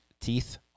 teeth